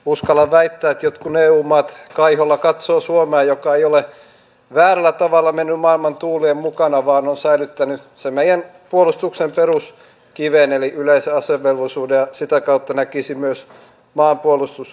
uskallan väittää että jotkut eu maat kaiholla katsovat suomea joka ei ole väärällä tavalla mennyt maailman tuulien mukana vaan on säilyttänyt sen meidän puolustuksen peruskiven eli yleisen asevelvollisuuden ja sitä kautta näkisin myös maanpuolustustahdon